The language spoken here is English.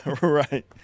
right